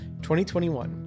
2021